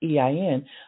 EIN